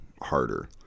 harder